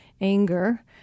anger